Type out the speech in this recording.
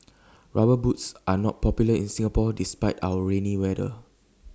rubber boots are not popular in Singapore despite our rainy weather